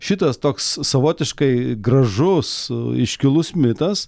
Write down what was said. šitas toks savotiškai gražus iškilus mitas